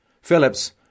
Phillips